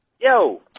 Yo